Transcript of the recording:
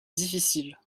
difficile